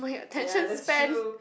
ya that's true